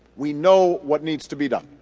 we know what needs to be done.